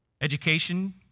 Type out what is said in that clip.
Education